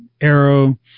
arrow